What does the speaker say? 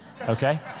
Okay